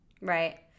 Right